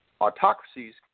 autocracies